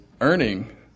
earning